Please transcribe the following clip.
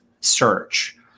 search